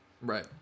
Right